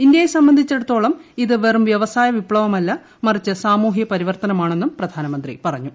ഇന്ത്യയെ സംബന്ധിച്ചിടത്തോളം ഇത് വെറും വ്യവസായ വിപ്തവമല്ല മറിച്ച് സാമൂഹൃ പരിവർത്തനമാണെന്നും പ്രധാനമന്ത്രി പറഞ്ഞു